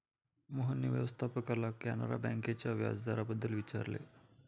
मोहनने व्यवस्थापकाला कॅनरा बँकेच्या व्याजदराबाबत विचारले